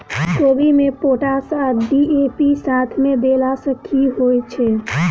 कोबी मे पोटाश आ डी.ए.पी साथ मे देला सऽ की होइ छै?